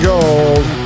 Gold